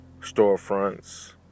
storefronts